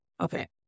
Okay